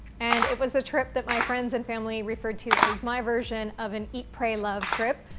and it was a trip that my friends and family referred to as my version of an eat, pray, love trip,